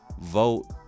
vote